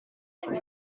dagli